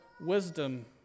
wisdom